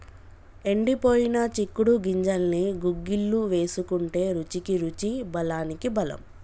ఎండిపోయిన చిక్కుడు గింజల్ని గుగ్గిళ్లు వేసుకుంటే రుచికి రుచి బలానికి బలం